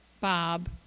Bob